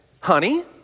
honey